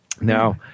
Now